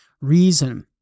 Reason